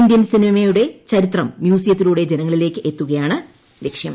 Indian സിനിമയുടെ ചരിത്രം മ്യൂസിയത്തിലൂടെ ജനങ്ങളിലേക്ക് എത്തിക്കുകയാണ് ലക്ഷ്യം